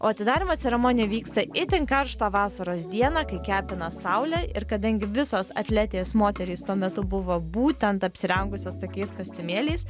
o atidarymo ceremonija vyksta itin karštą vasaros dieną kai kepina saulė ir kadangi visos atletės moterys tuo metu buvo būtent apsirengusios tokiais kostiumėliais